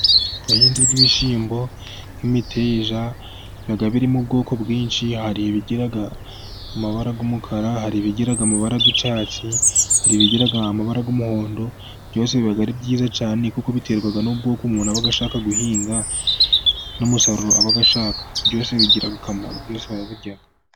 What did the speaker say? Ubuhinzi bw'ibishyimbo n'imiteja birimo ubwoko bwinshi, hari ibigira amabara y'umukara, hari ibigira amabarara y'icyatsi, hari ibigira amabara y'umuhondo, byose biba ari byiza cyane. Kuko biterwa n'ubwoko umuntu aba ashaka guhinga n'umusaruro aba ashaka, byose bigira akamaro byose barabirya.